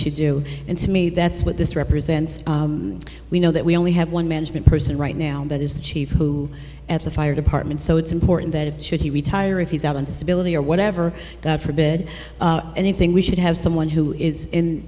should do and to me that's what this represents we know that we only have one management person right now that is the chief who at the fire department so it's important that if should he retire if he's out on disability or whatever god forbid anything we should have someone who is in